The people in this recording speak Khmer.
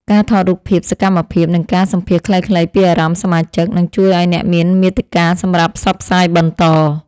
ការថតរូបភាពសកម្មភាព និងការសម្ភាសន៍ខ្លីៗពីអារម្មណ៍សមាជិក នឹងជួយឱ្យអ្នកមានមាតិកាសម្រាប់ផ្សព្វផ្សាយបន្ត។